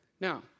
Now